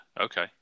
Okay